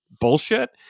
bullshit